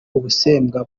ubusembwa